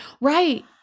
Right